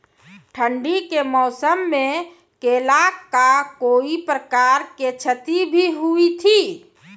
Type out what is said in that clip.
ठंडी के मौसम मे केला का कोई प्रकार के क्षति भी हुई थी?